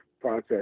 process